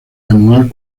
anual